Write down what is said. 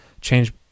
change